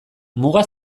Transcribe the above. muga